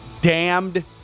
damned